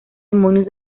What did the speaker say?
demonios